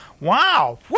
Wow